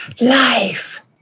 Life